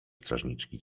strażniczki